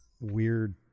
weird